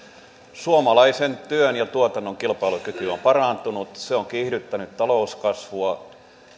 suomalaisen työn ja tuotannon kilpailukyky on parantunut se on kiihdyttänyt talouskasvua